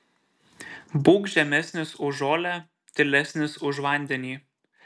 būk žemesnis už žolę tylesnis už vandenį